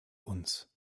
uns